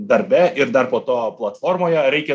darbe ir dar po to platformoje reikia